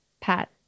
pat